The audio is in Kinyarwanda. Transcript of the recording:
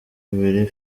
bibiri